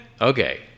Okay